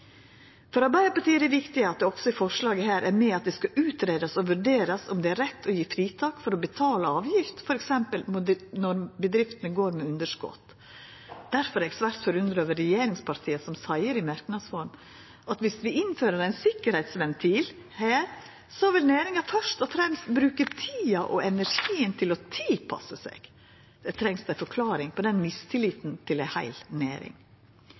For Arbeidarpartiet er det viktig at det også i forslaget er med at det skal utgreiast og vurderast om det er rett å gje fritak for å betala avgift f.eks. når bedriftene går med underskot. Difor er eg svært forundra over regjeringspartiet, som i merknads form seier at om ein innfører ein sikkerheitsventil her, vil næringa først og fremst bruka tida og energien til å tilpassa seg! Det trengst ei forklaring på den mistilliten til ei heil næring.